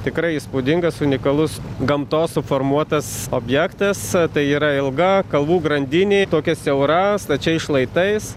tikrai įspūdingas unikalus gamtos suformuotas objektas tai yra ilga kalvų grandinė tokia siaura stačiais šlaitais